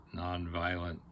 nonviolent